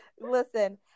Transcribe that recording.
Listen